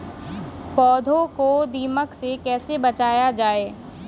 पौधों को दीमक से कैसे बचाया जाय?